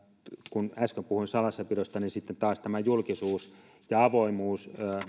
kun äsken puhuin salassapidosta sitten taas tämä julkisuus ja avoimuus